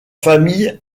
famille